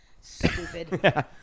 Stupid